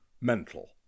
Mental